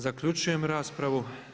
Zaključujem raspravu.